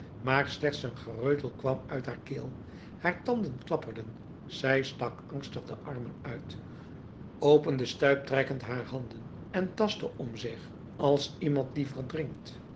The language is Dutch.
maar slechts een gereutel kwam uit haar keel haar tanden klapperden zij stak angstig de armen uit opende stuiptrekkend haar handen en tastte om zich als iemand die verdrinkt